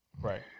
right